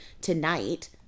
tonight